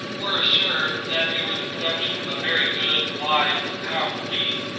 were assured, that it were the production of a very good, wise, and powerful being,